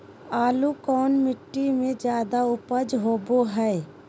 आलू कौन मिट्टी में जादा ऊपज होबो हाय?